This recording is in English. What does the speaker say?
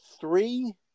three